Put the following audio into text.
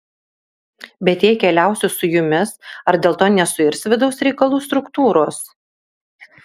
bet jei keliausiu su jumis ar dėl to nesuirs vidaus reikalų struktūros